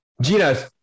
Gina